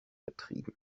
betrieben